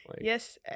yes